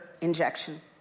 injection